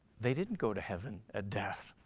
they didn't go to heaven at death.